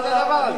מה זה הדבר הזה?